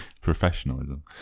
Professionalism